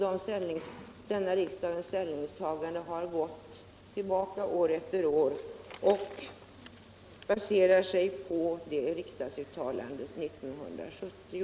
Detta riksdagens ställningstagande har varit detsamma år efter år, och det baserar sig på vad riksdagen uttalade 1970.